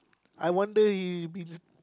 I wonder he been